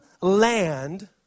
land